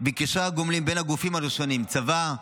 וקשרי הגומלין בין הגופים השונים: צבא,